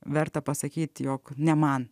verta pasakyti jog ne man